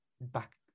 back